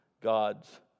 God's